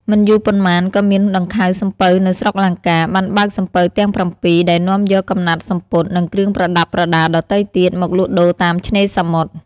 មិនយូរប៉ុន្មានក៏មានដង្ខៅសំពៅនៅស្រុកលង្កា បានបើកសំពៅទាំង ៧ ដែលនាំយកកំណាត់សំពត់ និង គ្រឿងប្រដាប់ប្រដារដទៃទៀត មកលក់ដូរតាមឆ្នេរសមុទ្រ ។